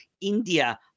India